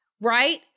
right